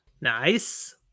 Nice